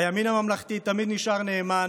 הימין הממלכתי תמיד נשאר נאמן,